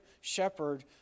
shepherd